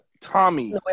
Tommy